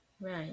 Right